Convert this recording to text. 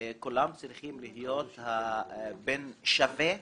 כולם צריכים להיות בן שווה למערכת.